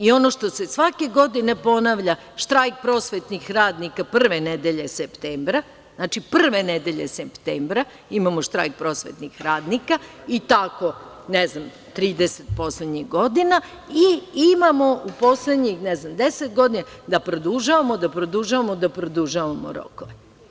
Ono što se svake godine ponavlja, štrajk prosvetnih radnika prve nedelje septembra, znači, prve nedelje septembra imamo štrajk prosvetnih radnika, i tako ne znam, 30 poslednjih godina, i imamo u poslednjih, ne znam, 10 godina, da produžavamo rokove.